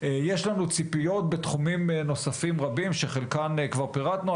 יש לנו ציפיות בתחומים נוספים רבים שחלקן כבר פירטנו,